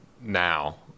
now